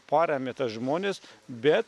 paremia tas žmones bet